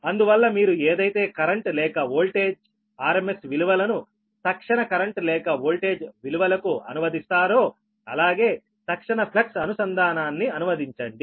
అందువల్ల మీరు ఏదైతే కరెంట్ లేక ఓల్టేజ్ RMS విలువలను తక్షణ కరెంటు లేక ఓల్టేజ్ విలువలకు అనువదిస్తారో అలాగే తక్షణ ఫ్లక్స్ అనుసంధానాన్ని అనువదించండి